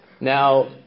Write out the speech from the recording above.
now